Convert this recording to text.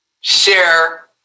share